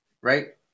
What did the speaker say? right